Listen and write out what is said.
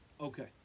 Okay